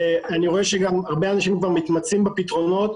ואני רואה שגם הרבה אנשים כבר מתמצאים בפתרונות.